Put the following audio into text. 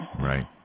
Right